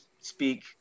speak